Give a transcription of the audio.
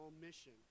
mission